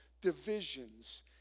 divisions